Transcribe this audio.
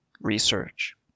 research